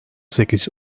sekiz